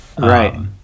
Right